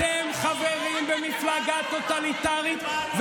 אתם חברים במפלגה טוטליטרית,